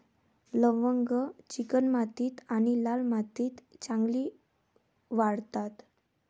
लवंग चिकणमाती आणि लाल मातीत चांगली वाढतात